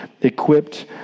equipped